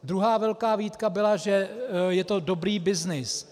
Druhá velká výtka byla, že je to dobrý byznys.